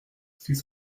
six